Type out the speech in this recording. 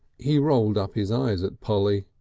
he rolled up his eyes at polly.